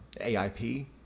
AIP